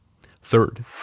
Third